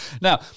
Now